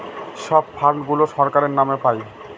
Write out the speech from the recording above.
সব ফান্ড গুলো সরকারের নাম পাই